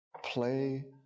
play